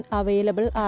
available